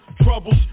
Troubles